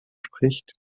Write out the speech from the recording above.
spricht